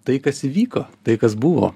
tai kas įvyko tai kas buvo